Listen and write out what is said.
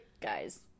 guys